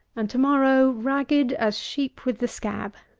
and to-morrow ragged as sheep with the scab.